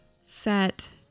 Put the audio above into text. set